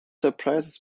surprises